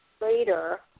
later